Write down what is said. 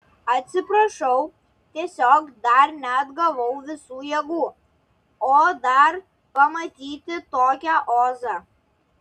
atsiprašau tiesiog dar neatgavau visų jėgų o dar pamatyti tokią ozą